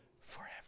forever